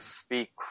speak